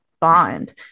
bond